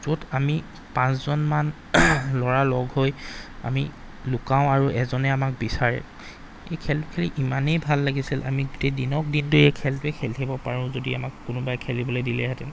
য'ত আমি পাঁচজন মান ল'ৰা লগ হৈ আমি লুকাওঁ আৰু এজনে আমাক বিচাৰে এই খেল খেলি ইমানেই ভাল লাগিছিল আমি গোটেই দিনক দিনটো এই খেলটোৱে খেলি থাকিব পাৰো যদি আমাক কোনোবাই খেলিব দিলেহেঁতেন